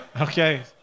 Okay